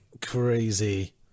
crazy